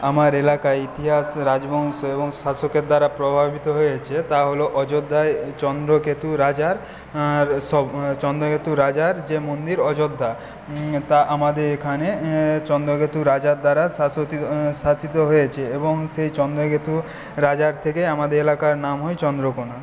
আমার এলাকায় ইতিহাস রাজবংশ এবং শাসকের দ্বারা প্রভাবিত হয়েছে তা হল অযোধ্যায় চন্দ্রকেতু রাজার সব চন্দ্রকেতু রাজার যে মন্দির অযোধ্যা তা আমাদের এখানে চন্দ্রকেতুর রাজার দ্বারা শাসিত হয়েছে এবং সেই চন্দ্রকেতু রাজার থেকে আমাদের এলাকার নাম হয় চন্দ্রকোনা